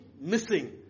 missing